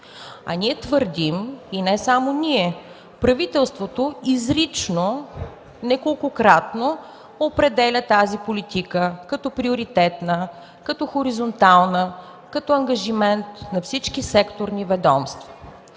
А ние твърдим, и не само ние, правителството изрично неколкократно определя тази политика като приоритетна, като хоризонтална, като ангажимент на всички секторни ведомства.